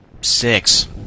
six